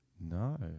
No